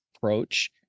approach